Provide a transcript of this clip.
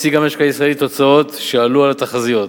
השיג המשק הישראלי תוצאות שעלו על התחזיות: